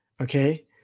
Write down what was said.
Okay